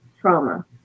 trauma